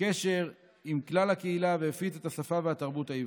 בקשר עם כלל הקהילה והפיץ את השפה והתרבות העברית.